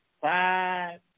Five